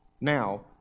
Now